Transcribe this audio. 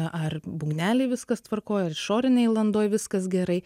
ar būgneliai viskas tvarkoj ar išorinėj landoj viskas gerai